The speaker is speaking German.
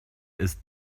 ist